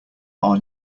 are